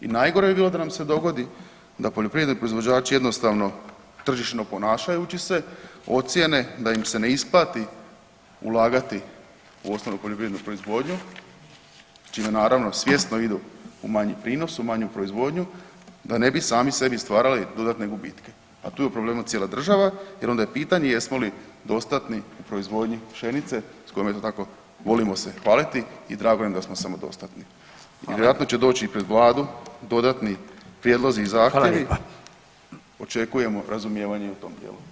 I najgore bi bilo da nam se dogodi da poljoprivredni proizvođači tržišno ponašajući se ocijene da im se ne isplati ulagati u osnovnu poljoprivrednu proizvodnju, znači da naravno svjesno idu u manji prinos, u manju proizvodnju da ne bi sami sebi stvarali dodatne gubitke, a tu je u problemu cijela država jer ona je pitanje jesmo li dostatni u proizvodnji pšenice s kojom eto tako volimo se hvaliti i drago nam je da smo samodostatni [[Upadica: Hvala.]] i vjerojatno će doći pred vladu dodatni prijedlozi zahtjevi [[Upadica: Hvala lijepa.]] očekujemo razumijevanje i u tom dijelu.